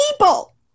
people